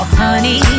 honey